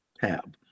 tab